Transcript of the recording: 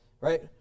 Right